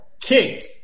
kicked